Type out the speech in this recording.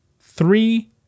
Three